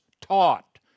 taught